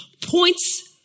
points